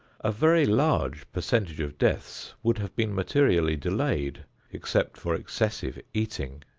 a very large percentage of deaths would have been materially delayed except for excessive eating.